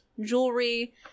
jewelry